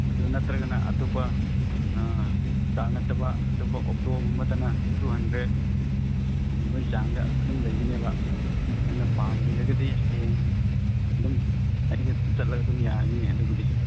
ꯑꯗꯨ ꯅꯠꯇ꯭ꯔꯒꯅ ꯑꯇꯣꯞꯄ ꯀꯥꯔ ꯅꯠꯇꯕ ꯑꯇꯣꯞꯄ ꯑꯣꯇꯣꯒꯨꯝꯕꯗꯅ ꯇꯨ ꯍꯟꯗ꯭ꯔꯦꯗ ꯀꯨꯝꯕꯒꯤ ꯆꯥꯡꯗ ꯑꯗꯨꯝ ꯂꯩꯒꯅꯦꯕ ꯅꯪꯅ ꯄꯥꯝꯕꯤꯔꯒꯗꯤ ꯍꯌꯦꯡ ꯑꯗꯨꯝ ꯑꯩꯒ ꯆꯠꯂꯒ ꯑꯗꯨꯝ ꯌꯥꯔꯅꯤꯅꯦ ꯑꯗꯨꯕꯨꯗꯤ